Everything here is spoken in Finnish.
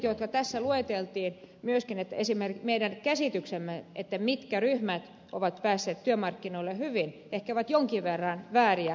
esimerkkejä tässä lueteltiin myöskin siitä että meidän käsityksemme siitä mitkä ryhmät ovat päässeet työmarkkinoille hyvin ehkä ovat jonkin verran vääriä